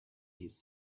his